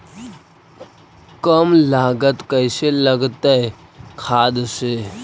कम लागत कैसे लगतय खाद से?